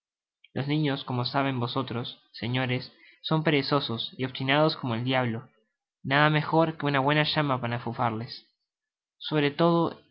los niños como saben vds señores son perezosos y obstinados como el diablo nada mejor que una buena llama para afufarles sobre todo